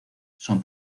son